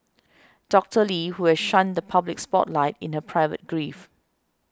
Doctor Lee who has shunned the public spotlight in her private grief